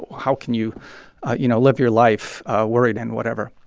how can you you know live your life worried and whatever?